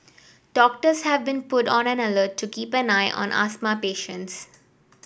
doctors have been put on alert to keep an eye on asthma patients